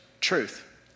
truth